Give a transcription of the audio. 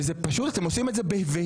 ואתם פשוט אתם עושים את זה בבהילות.